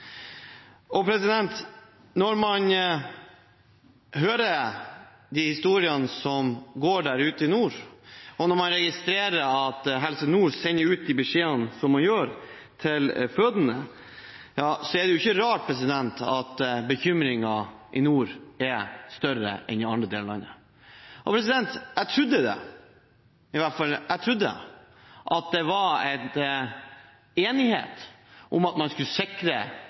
Når man hører historiene som går der oppe i nord, og når man registrerer at Helse Nord sender ut de beskjedene de gjør til fødende, så er det ikke rart at bekymringen i nord er større enn i andre deler av landet. Jeg trodde det var enighet om at man skulle sikre likeverdige tjenester i alle fall når det kom til beredskap her i dette landet. Og at regjeringen har et